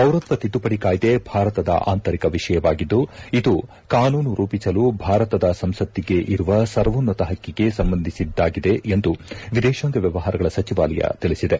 ಪೌರತ್ವ ತಿದ್ದುಪಡಿ ಕಾಯ್ದೆ ಭಾರತದ ಆಂತರಿಕ ವಿಷಯವಾಗಿದ್ದು ಇದು ಕಾನೂನು ರೂಪಿಸಲು ಭಾರತದ ಸಂಸತ್ತಿಗೆ ಇರುವ ಸರ್ವೋನ್ನತ ಹಕ್ಕಿಗೆ ಸಂಬಂಧಿಸಿದ್ದಾಗಿದೆ ಎಂದು ವಿದೇಶಾಂಗ ವ್ಲವಹಾರಗಳ ಸಚಿವಾಲಯ ತಿಳಿಸಿದೆ